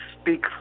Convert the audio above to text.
speak